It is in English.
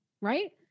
Right